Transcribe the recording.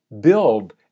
build